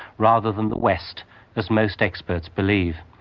rather than the west as most experts believe.